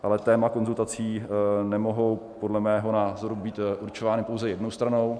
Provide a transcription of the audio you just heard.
Ale témata konzultací nemohou podle mého názoru být určována pouze jednou stranou.